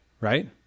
Right